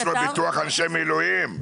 יש לו ביטוח אנשי מילואים.